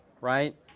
right